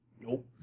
Nope